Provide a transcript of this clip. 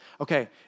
Okay